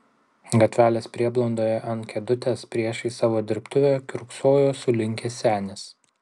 gatvelės prieblandoje ant kėdutės priešais savo dirbtuvę kiurksojo sulinkęs senis